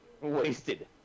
wasted